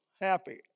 happy